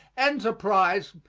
enterprise,